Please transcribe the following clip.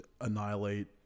annihilate